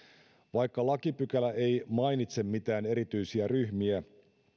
vaikka lakipykälä ei mainitse mitään erityisiä ryhmiä